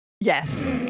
Yes